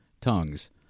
tongues